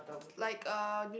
like uh